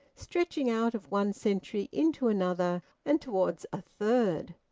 stretching out of one century into another and towards a third!